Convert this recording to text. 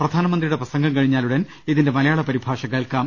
പ്രധാനമന്ത്രിയുടെ പ്രസംഗം കഴിഞ്ഞാലുടൻ ഇതിന്റെ മലയാള പരിഭാഷ കേൾക്കാം